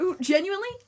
Genuinely